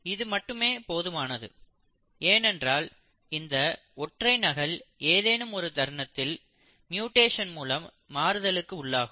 இது மட்டுமே போதுமானது ஏனென்றால் இந்த ஒற்றை நகல் ஏதேனும் ஒரு தருணத்தில் மியூடேசன் மூலம் மாறுதலுக்கு உள்ளாகும்